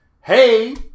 hey